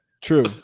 true